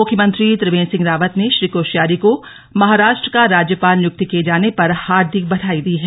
मुख्यमंत्री त्रिवेन्द्र सिंह रावत ने श्री कोश्यारी को महाराष्ट्र का राज्यपाल नियुक्त किए जाने पर हार्दिक बधाई दी है